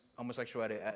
homosexuality